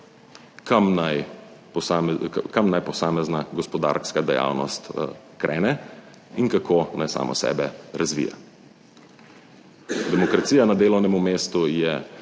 kam naj posamezna gospodarska dejavnost krene in kako naj samo sebe razvija. Demokracija na delovnem mestu je